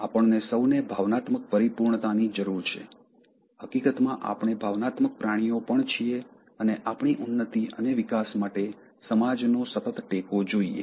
આપણને સૌને ભાવનાત્મક પરિપૂર્ણતાની જરૂર છે હકીકતમાં આપણે ભાવનાત્મક પ્રાણીઓ પણ છીએ અને આપણી ઉન્નતિ અને વિકાસ માટે સમાજનો સતત ટેકો જોઈએ